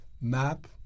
map